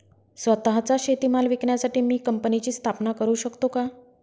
स्वत:चा शेतीमाल विकण्यासाठी मी कंपनीची स्थापना करु शकतो का?